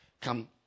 come